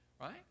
Right